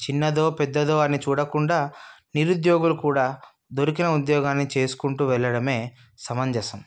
చిన్నదో పెద్దదో అని చూడకుండా నిరుద్యోగులు కూడా దొరికిన ఉద్యోగాన్ని చేసుకుంటూ వెళ్ళడమే సమంజసం